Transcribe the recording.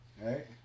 Right